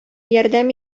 ярдәм